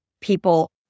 people